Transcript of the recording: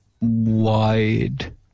wide